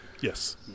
Yes